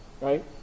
right